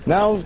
Now